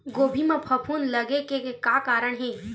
गोभी म फफूंद लगे के का कारण हे?